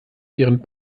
ihren